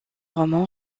roman